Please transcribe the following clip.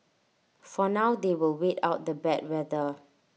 for now they will wait out the bad weather